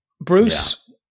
bruce